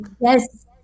yes